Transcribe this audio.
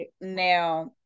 now